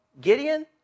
Gideon